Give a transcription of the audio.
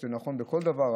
זה נכון בכל דבר,